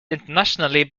internationally